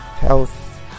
health